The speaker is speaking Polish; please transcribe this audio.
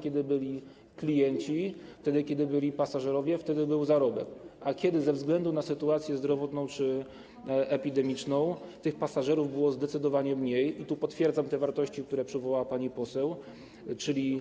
Kiedy byli klienci, kiedy byli pasażerowie, wtedy był zarobek, ale kiedy ze względu na sytuację zdrowotną czy epidemiczną tych pasażerów było zdecydowanie mniej - i tu potwierdzam te wartości, które przywołała pani poseł, czyli